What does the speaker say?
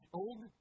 old